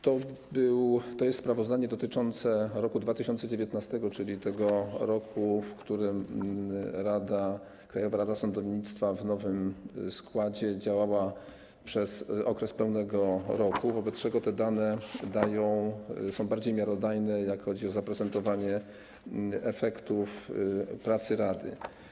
To jest sprawozdanie dotyczące roku 2019, czyli tego roku, w którym Krajowa Rada Sądownictwa w nowym składzie działała przez okres pełnego roku, wobec czego te dane są bardziej miarodajne, jeśli chodzi o zaprezentowanie efektów pracy rady.